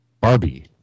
Barbie